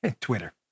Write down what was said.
Twitter